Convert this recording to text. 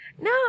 No